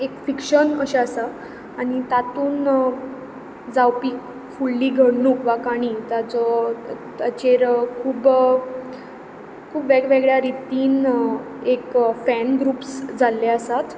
एक फिक्शन कशें आसा आनी तातून जावपी फुडली घडणूक वा काणी ताचो ताचेर खूब खूब वेग वेगळ्या रितीन एक फॅन ग्रुप्स जाल्ले आसात